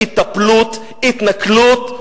היטפלות, התנכלות.